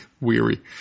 Weary